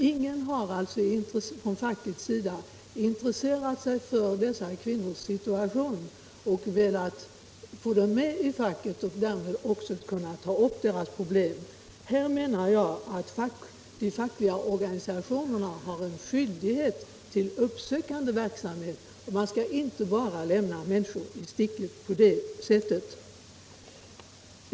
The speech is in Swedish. Ingen har alltså från facket intresserat sig för dessa kvinnors situation och velat få dem med i facket, så att man kunnat ta upp deras problem. Jag menar att de fackliga organisationerna har en skyldighet att bedriva uppsökande verksamhet. Man skall inte bara lämna människor i sticket på detta sätt.